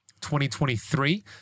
2023